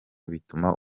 bituma